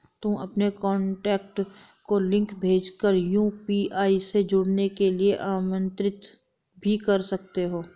तुम अपने कॉन्टैक्ट को लिंक भेज कर यू.पी.आई से जुड़ने के लिए आमंत्रित भी कर सकते हो